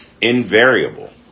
invariable